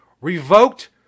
Revoked